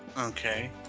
Okay